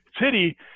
City